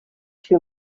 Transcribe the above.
too